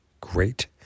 Great